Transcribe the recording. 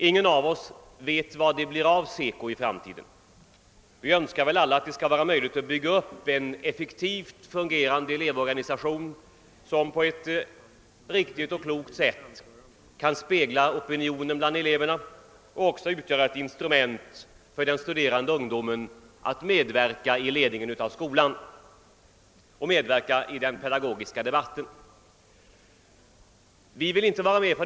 Ingen av oss vet vad det blir av SECO i framtiden; vi önskar väl alla att det skall vara möjligt att bygga upp en effektivt fungerande elevorganisation som på ett riktigt och klokt sätt kan spegla opinionen bland eleverna och utgöra ett instrument för den studerande ungdomens medverkan i ledningen av skolan och i den pedagogiska debatten.